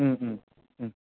ꯎꯝ ꯎꯝ ꯎꯝ